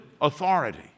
authority